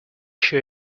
sure